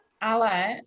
Ale